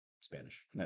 Spanish